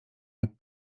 jak